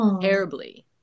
terribly